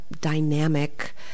dynamic